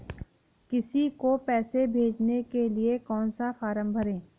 किसी को पैसे भेजने के लिए कौन सा फॉर्म भरें?